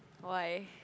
why